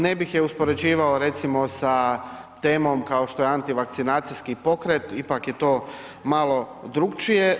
Ne bih je uspoređivao recimo sa temom kao što je antivakcinacijski pokret, ipak je to malo drukčije.